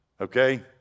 Okay